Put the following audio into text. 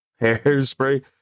Hairspray